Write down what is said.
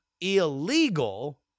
illegal